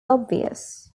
obvious